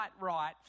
right